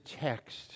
text